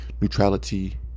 neutrality